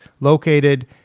located